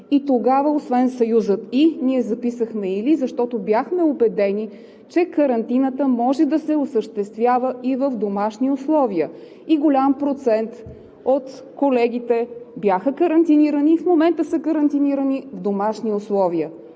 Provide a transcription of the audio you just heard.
Тогава освен съюзът „и“, ние записахме „или“, защото бяхме убедени, че карантината може да се осъществява и в домашни условия и голям процент от колегите бяха карантинирани, и в момента са карантинирани в домашни условия.